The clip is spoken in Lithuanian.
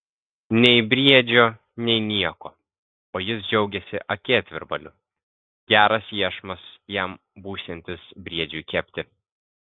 nei briedžio nei nieko o jis džiaugiasi akėtvirbaliu geras iešmas jam būsiantis briedžiui kepti